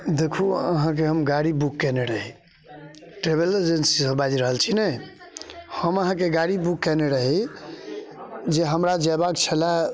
देखू अहाँके हम गाड़ी बुक केने रही ट्रेवल एजेंसीसँ बाजि रहल छी ने हम अहाँके गाड़ी बुक केने रही जे हमरा जेबाक छलै